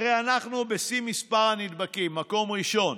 הרי אנחנו בשיא מספר הנדבקים, מקום ראשון,